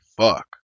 fuck